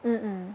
mm mm